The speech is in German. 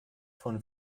von